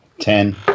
Ten